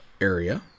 area